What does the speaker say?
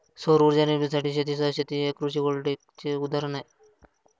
सौर उर्जा निर्मितीसाठी शेतीसह शेती हे कृषी व्होल्टेईकचे उदाहरण आहे